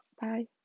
bye